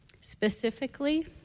Specifically